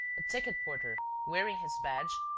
a ticket-porter, wearing his badge,